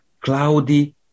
cloudy